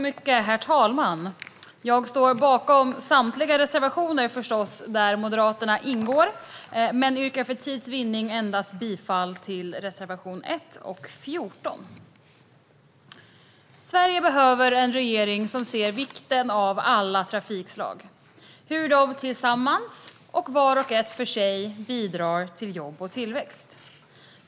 Herr talman! Jag står förstås bakom samtliga reservationer där Moderaterna ingår men yrkar för tids vinnande bifall endast till reservationerna 1 och 14. Sverige behöver en regering som ser vikten av alla trafikslag - hur de tillsammans och vart och ett för sig bidrar till jobb och tillväxt.